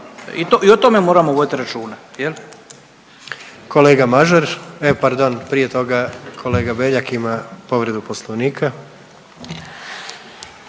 I o tome moramo voditi računa